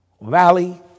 valley